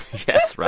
yes, ron.